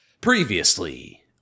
Previously